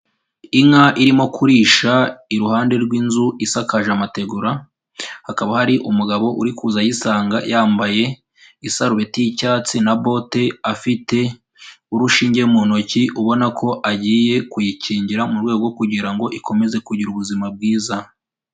Inka irimo kurisha iruhande rw'inzu isakaje amategura, hakaba hari umugabo uri kuza ayisanga, yambaye isarubeti y'icyatsi na bote, afite urushinge mu ntoki, ubona ko agiye kuyikingira mu rwego kugira ngo ikomeze kugira ubuzima bwiza.